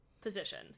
position